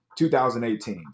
2018